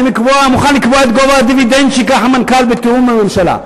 אני מוכן לקבוע את גובה הדיבידנד שייקח המנכ"ל בתיאום עם הממשלה.